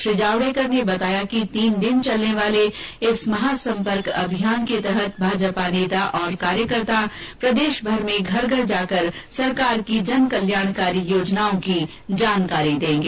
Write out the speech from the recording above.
श्री जावडेकर ने बताया कि तीन दिन चलने वाले इस महासम्पर्क अभियान के तहत भाजपा नेता और कार्यकर्ता प्रदेशमर में घर घर जाकर सरकार की जनकल्याणकारी योजनाओं की जानकारी देगें